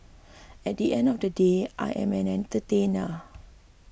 at the end of the day I am an entertainer